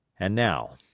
and now,